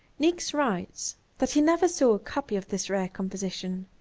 niecks writes that he never saw a copy of this rare composition.